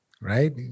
right